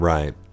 Right